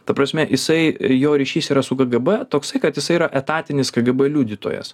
ta prasme jisai jo ryšys yra su kgb toksai kad jisai yra etatinis kgb liudytojas